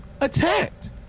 attacked